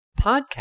podcast